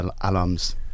Alarms